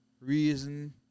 Reason